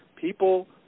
people